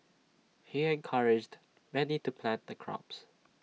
he encouraged many to plant the crops